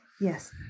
Yes